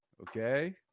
Okay